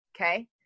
Okay